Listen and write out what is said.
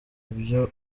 byo